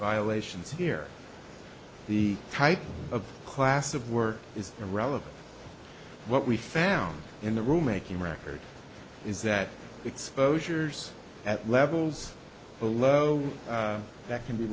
violations here the type of class of work is irrelevant what we found in the room making record is that it's posers at levels below that can be